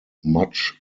much